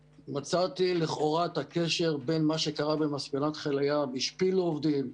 ומצאתי לכאורה את הקשר בין מה שקרה במספנת חיל הים השפילו עובדים,